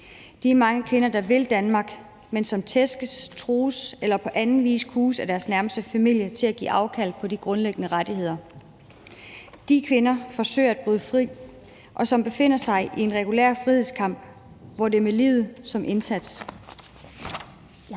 om de mange kvinder, der vil Danmark, men som tæskes, trues eller på anden vis kues af deres nærmeste familie til at give afkald på de grundlæggende rettigheder. De kvinder forsøger at bryde fri, og de befinder sig i en regulær frihedskamp, hvor det er med livet som indsats. For